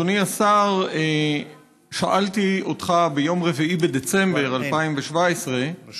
אדוני השר, שאלתי אותך ביום 4 בדצמבר 2017 את